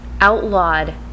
outlawed